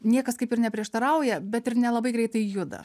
niekas kaip ir neprieštarauja bet ir nelabai greitai juda